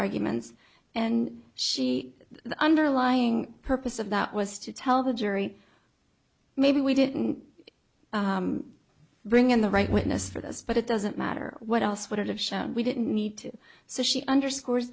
arguments and she the underlying purpose of that was to tell the jury maybe we didn't bring in the right witness for this but it doesn't matter what else would have shown we didn't need to so she underscores